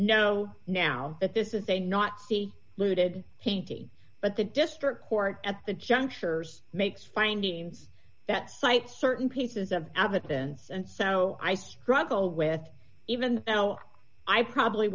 know now that this is a nazi looted pinky but the district court at the junctures makes findings that cite certain pieces of evidence and so i struggled with even though i probably